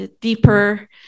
deeper